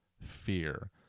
fear